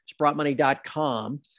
sprottmoney.com